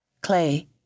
Clay